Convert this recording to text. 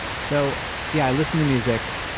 so, yeah, i listen to music